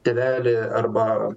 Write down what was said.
tėvelį arba